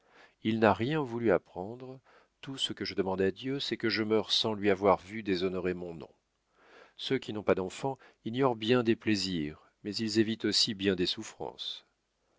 il n'a rien voulu apprendre tout ce que je demande à dieu c'est que je meure sans lui avoir vu déshonorer mon nom ceux qui n'ont pas d'enfants ignorent bien des plaisirs mais ils évitent aussi bien des souffrances